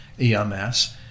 EMS